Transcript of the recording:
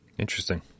Interesting